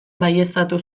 baieztatu